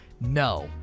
no